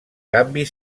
canvi